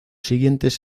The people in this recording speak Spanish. siguientes